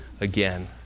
again